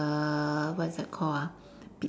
the what is that called ah